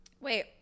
Wait